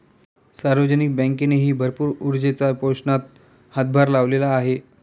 सार्वजनिक बँकेनेही भरपूर ऊर्जेच्या पोषणात हातभार लावलेला आहे